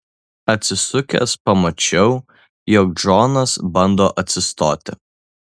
atsisukęs pamačiau jog džonas bando atsistoti